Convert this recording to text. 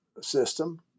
system